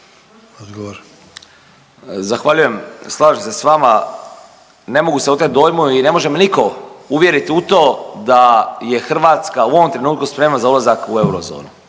Zahvaljujem. Slažem se sa vama. Ne mogu se otet dojmu i ne može me nitko uvjeriti u to da je Hrvatska u ovom trenutku spremna za ulazak u eurozonu,